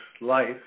life